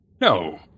No